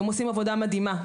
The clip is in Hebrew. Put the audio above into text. הם עושים עבודה מדהימה.